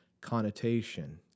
connotation